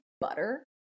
butter